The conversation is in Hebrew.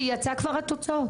יצאו כבר התוצאות?